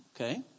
Okay